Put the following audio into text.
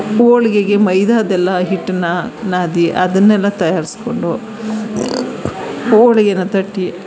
ಹೋಳ್ಗೆಗೆ ಮೈದಾದೆಲ್ಲ ಹಿಟ್ಟನ್ನು ನಾದಿ ಅದನ್ನೆಲ್ಲ ತಯಾರಿಸ್ಕೊಂಡು ಹೋಳಿಗೆನ ತಟ್ಟಿ